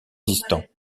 distants